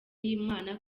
y’imana